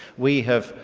we have,